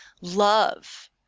love